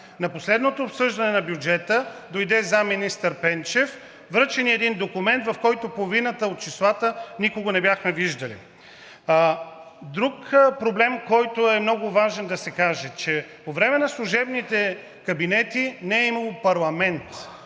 На последното обсъждане на бюджета дойде заместник-министър Пенчев и ни връчи един документ, в който половината от числата никога не бяхме виждали. Друг проблем, който е много важно да се каже – че по време на служебните кабинети не е имало парламент,